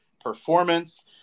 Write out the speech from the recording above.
performance